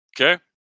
Okay